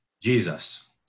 Jesus